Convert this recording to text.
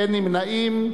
אין נמנעים.